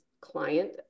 client